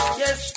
yes